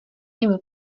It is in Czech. jim